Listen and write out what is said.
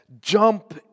jump